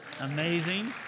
Amazing